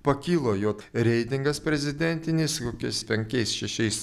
pakilo jo reitingas prezidentinis kokiais penkiais šešiais